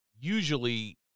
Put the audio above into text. usually